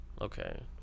Okay